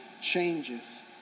changes